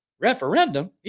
referendum